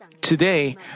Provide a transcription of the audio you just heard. Today